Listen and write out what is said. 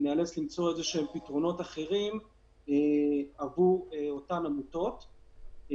וניאלץ למצוא פתרונות אחרים עבור אותן עמותות.